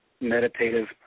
meditative